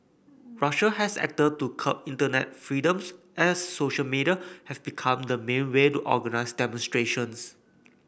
Russia has acted to curb internet freedoms as social media have become the main way to organnize demonstrations